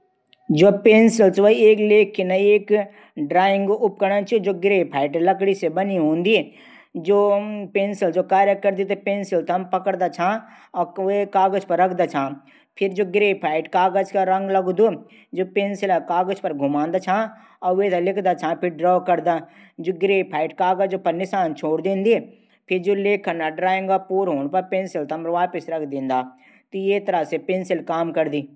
जु pencil drawing उपकरण चा जू गेर्फाइट लकडी से बणी हूंदी। जू पेंसिल वीथे हम पकडदा छा फिर कागज पर रखदा छां फिर कागज पर गेर्फाइट रंग लगदू फिर पेंसिल कागज पर घुमांदा छा। वे थे लिखदा छा फिर ड्रो करदा। जू गेर्फाइट कागज पर अपड कलर छोडी दिंदी। फिर काम। हूंणू पर हम वापिस रख दिंदा